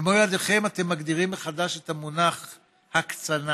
במו ידיכם אתם מגדירים מחדש את המונח הקצנה,